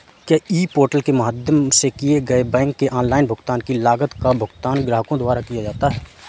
क्या e portal के माध्यम से किए गए बैंक के ऑनलाइन भुगतान की लागत का भुगतान ग्राहकों द्वारा किया जाता है?